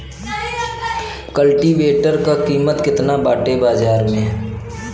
कल्टी वेटर क कीमत केतना बाटे बाजार में?